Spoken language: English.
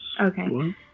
Okay